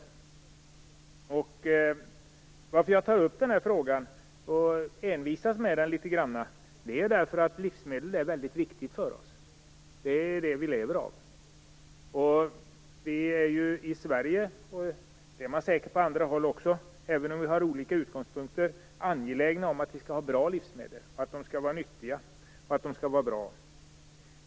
Anledningen till att jag tar upp den här frågan och envisas med den litet grand är att det är väldigt viktigt för oss med livsmedel. Det är det som vi lever av. Vi är ju i Sverige angelägna om att vi skall ha bra och nyttiga livsmedel. Det är man säkert på andra håll också, även om vi har olika utgångspunkter.